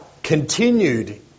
continued